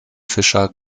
fischer